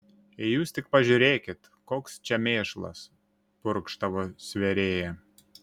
jūs tik pažiūrėkit koks čia mėšlas purkštavo svėrėja